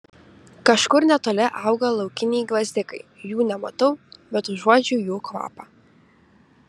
kažkur netoli auga laukiniai gvazdikai jų nematau bet užuodžiu jų kvapą